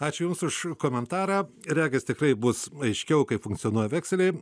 ačiū jums už komentarą regis tikrai bus aiškiau kaip funkcionuoja vekseliai